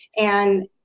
And-